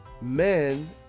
men